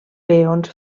peons